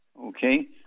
Okay